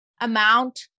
amount